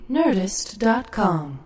nerdist.com